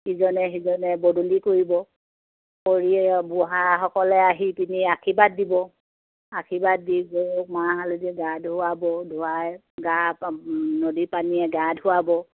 ইজনে সিজনে বদলি কৰিব কৰি বুঢ়াসকলে আহি পিনি আশীৰ্বাদ দিব আশীৰ্বাদ দি গৰুক মাহ হালধি গা ধুৱাব ধুৱাই গা নদী পানীয়ে গা ধুৱাব